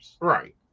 Right